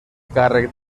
càrrec